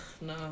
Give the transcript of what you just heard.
no